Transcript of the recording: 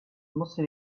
musste